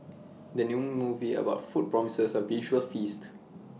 the new movie about food promises A visual feast